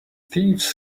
thieves